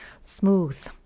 smooth